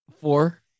Four